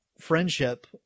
friendship